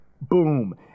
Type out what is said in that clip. Boom